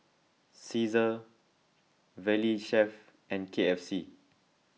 Cesar Valley Chef and K F C